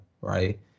Right